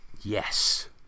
Yes